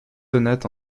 sonates